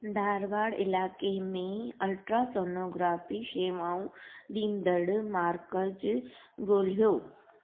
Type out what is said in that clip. धारवाड़ इलाइक़े में अल्ट्रासोनोग्राफ़ी शेवाऊं ॾींदड़ु मार्कज़ ॻोल्हियो